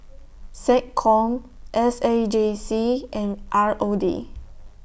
Seccom S A J C and R O D